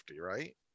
right